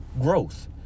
growth